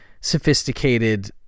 sophisticated